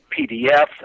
PDFs